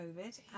COVID